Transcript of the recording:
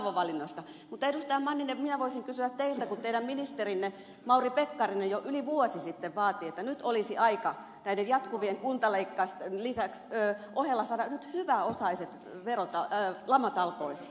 manninen minä voisin kysyä teiltä kun teidän ministerinne mauri pekkarinen jo yli vuosi sitten vaati että nyt olisi aika näiden jatkuvien kuntaleikkausten ohella saada nyt hyväosaiset lamatalkoisiin